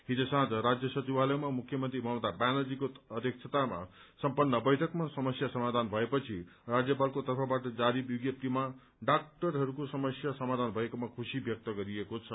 हिज साँझ राज्य सचिवालयमा मुख्यमन्त्री ममता व्यानर्जीको अध्यक्षतामा सम्पन्न वैठकमा समस्या समाधान भएपछि राज्यपालको तर्फबाट जारी विज्ञप्तीमा डाक्टरहरूको समस्या समाधान भएकोमा खुशी व्यक्त गरिएको छ